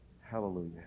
Hallelujah